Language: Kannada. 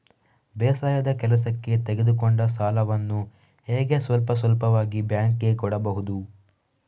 ಬೇಸಾಯದ ಕೆಲಸಕ್ಕೆ ತೆಗೆದುಕೊಂಡ ಸಾಲವನ್ನು ಹೇಗೆ ಸ್ವಲ್ಪ ಸ್ವಲ್ಪವಾಗಿ ಬ್ಯಾಂಕ್ ಗೆ ಕೊಡಬಹುದು?